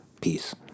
Peace